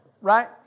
Right